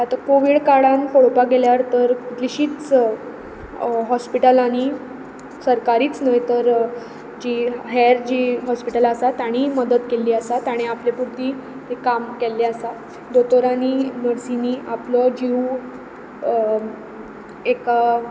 आतां कॉवीड काळांत पळोवपाक गेल्यार तर कितलीशींच हॉस्पिटलांनी सरकारीच न्हय तर जी हेर जी हॉस्पिटलां आसात तांणी मदत केल्ली आसा तांणी आपले पुरती काम केल्लें आसा दोतोरांनी नर्सिनी आपलो जीव एक